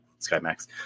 SkyMax